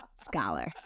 scholar